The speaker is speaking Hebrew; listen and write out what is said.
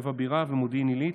לב הבירה ומודיעין עילית,